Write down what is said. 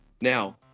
Now